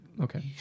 Okay